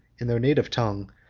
in their native tongue,